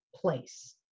Place